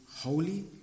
holy